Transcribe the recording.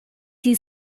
she